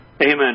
Amen